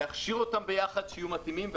להכשיר אותם יחד שיתאימו לעבודה,